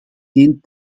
geen